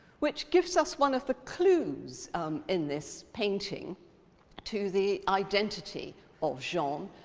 which gives us one of the clues in this painting to the identity of jean, um